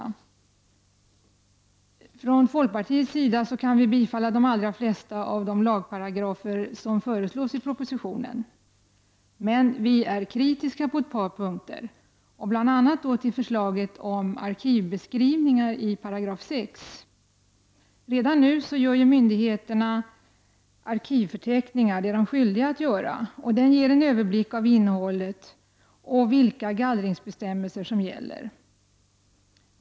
Vi från folkpartiet kan bifalla de allra flesta av de lagparagrafer som föreslås i propositionen. Men vi är kritiska på ett par punkter, bl.a. till förslaget om arkivbeskrivningar i 6 §. Redan nu gör myndigheterna arkivförteckningar. Det är de skyldiga att göra. De ger en överblick av innehållet och vilka gallringsbestämmelser som gäller.